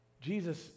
Jesus